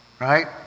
Right